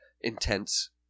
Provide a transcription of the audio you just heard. intense